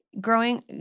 Growing